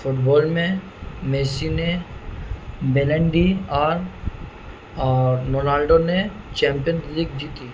football میں Messi نے بیلنڈی اور اور رونالڈو نے چیمپئین لیگ جیتی